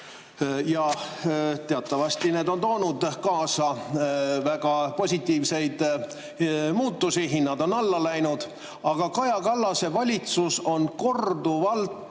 Teatavasti on need toonud kaasa väga positiivseid muutusi, hinnad on alla läinud. Aga Kaja Kallase valitsus on korduvalt